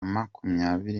makumyabiri